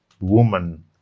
woman